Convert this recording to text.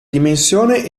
dimensione